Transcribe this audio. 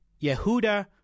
Yehuda